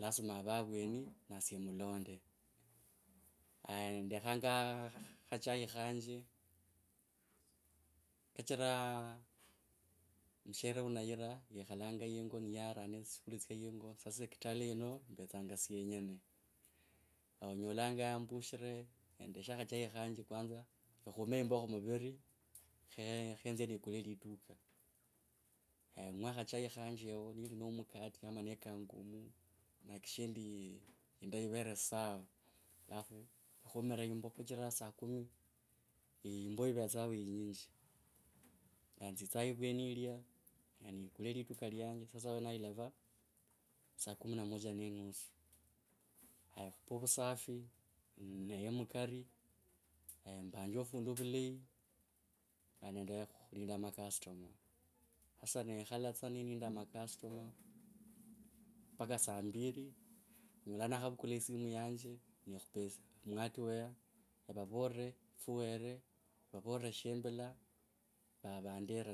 lazima ave avweni basye emulonde. Itaya ndekhanga khachai khanje kachira mshere wa nayira yekhalanga yingo niye arane tsishukuli tsya yingo, sasa kitale yino vetsanga syenyene. Onyolanga mbushre endeshe khachai khanje kwanza, khakhume yimbo kho muviri khe khenzye nikule liduka nakhachai khanje yao no mukati ama ne kangumu nakikishe ndi yinda yivere sawa. Khumre yimbo kachira saa kumi yimboo yevetsaa inyinji. nzitsa yivweni yirya, nikule liduka iyanje sasa awenao ilava saa kumi na moja ne nusu, haya khupe vusati neye mukari, mbanje fundu vulayi khandi nelinda macustomer hasa nekhala tsa ne ninda macustomer mpaka saa mbiri, nyola nakhavukula esimu yanje, nekhupa mu hardware vavore fuwere vavore shembula neva vandera.